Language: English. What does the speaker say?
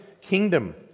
kingdom